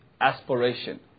aspiration